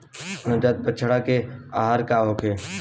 नवजात बछड़ा के आहार का होखे?